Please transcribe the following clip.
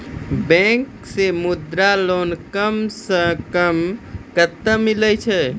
Bank से Mudra loan कम सऽ कम कतैय मिलैय छै?